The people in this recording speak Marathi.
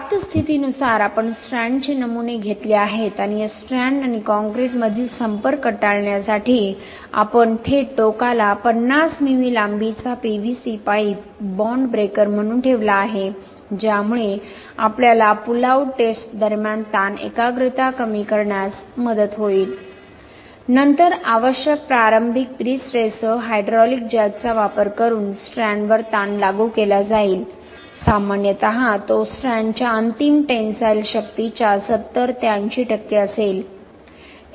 प्राप्त स्थितीनुसार आपण स्ट्रँडचे नमुने घेतले आहेत आणि या स्ट्रँड आणि कॉंक्रिटमधील संपर्क टाळण्यासाठी आपण थेट टोकाला 50 मिमी लांबीचा पीव्हीसी पाईप बाँड ब्रेकर म्हणून ठेवला आहे ज्यामुळे आपल्याला पुल आउट टेस्ट दरम्यान ताण एकाग्रता कमी करण्यास मदत होईल नंतर आवश्यक प्रारंभिक प्री स्ट्रेससह हायड्रॉलिक जॅकचा वापर करून स्ट्रँडवर ताण लागू केला जाईल सामान्यत तो स्ट्रँडच्या अंतिम टेन्साईल शक्तीच्या 70 ते 80 टक्के असेल